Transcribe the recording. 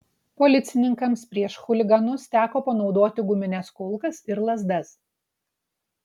policininkams prieš chuliganus teko panaudoti gumines kulkas ir lazdas